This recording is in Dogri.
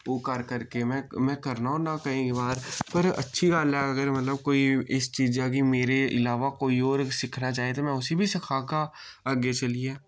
ओह् कर करके मैं मैं करना होना केईं बार पर अच्छी गल्ल ऐ अगर मतलब कोई इस चीजा गी मेरे इलावा कोई और सिक्खना चाहे ते मैं उसी बी सिखागा अग्गे चलियै